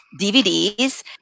DVDs